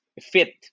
fit